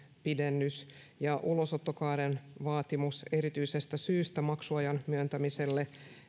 pidennys ja ulosottokaaren vaatimusta erityisestä syystä maksuajan myöntämiselle